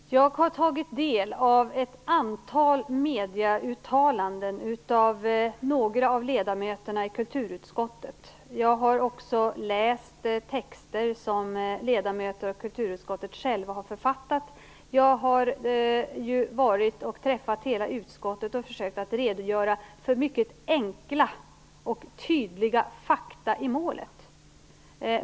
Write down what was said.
Herr talman! Jag har tagit del av ett antal medieuttalanden av några av ledamöterna i kulturutskottet och har också läst texter som ledamöter och kulturutskottet själva har författat. Jag har ju träffat hela utskottet och då försökt att redogöra för mycket enkla och tydliga fakta i målet.